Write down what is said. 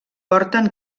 porten